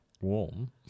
warm